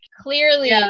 clearly